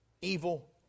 evil